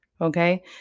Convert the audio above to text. Okay